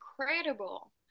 incredible